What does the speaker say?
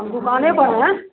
हम दुकान ही पर हैं